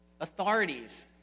authorities